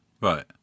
Right